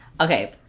okay